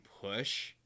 push